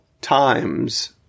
times